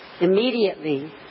Immediately